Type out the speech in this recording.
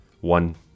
one